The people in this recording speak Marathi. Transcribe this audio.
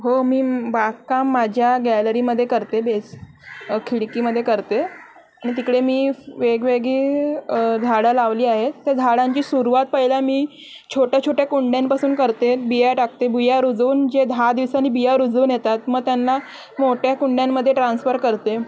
हो मी बागकाम माझ्या गॅलरीमध्ये करते बेस खिडकीमध्ये करते आणि तिकडे मी वेगवेगळी झाडं लावली आहेत त्या झाडांची सुरुवात पहिला मी छोट्याछोट्या कुंड्यांपासून करते बिया टाकते बिया रुजवून जे दहा दिवसांनी बिया रुजवून येतात मग त्यांना मोठ्या कुंड्यांमध्ये ट्रान्स्फर करते